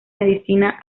medicina